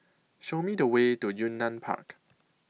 Show Me The Way to Yunnan Park